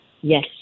Yes